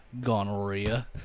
gonorrhea